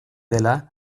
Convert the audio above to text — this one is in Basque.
dela